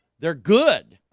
they're good